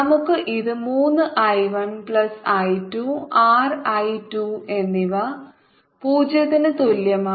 നമുക്ക് ഇത് 3 I 1 plus I 2 R I 2 എന്നിവ 0 ന് തുല്യമാണ്